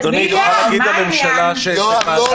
אדוני, אתה מוכן להגיד לממשלה שזאת ועדה